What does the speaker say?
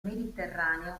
mediterraneo